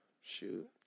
Shoot